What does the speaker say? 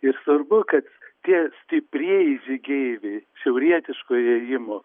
ir svarbu kad tie stiprieji žygeiviai šiaurietiškojo ėjimo